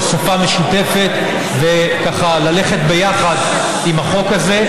שפה משותפת וככה ללכת יחד בחוק הזה,